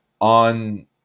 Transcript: on